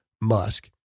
Musk